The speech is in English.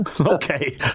Okay